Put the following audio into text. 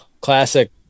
classic